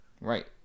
Right